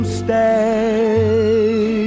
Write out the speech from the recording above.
stay